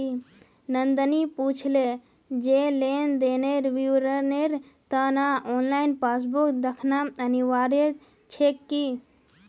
नंदनी पूछले जे लेन देनेर विवरनेर त न ऑनलाइन पासबुक दखना अनिवार्य छेक की